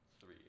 three